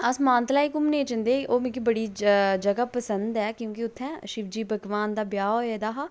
अस मानतलाई घूमने जंदे ओह् मिगी बड़ी जगाह् पसंद ऐ क्योंकि उत्थै शिव जी भगवान दा ब्याह् होए दा हा